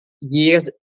years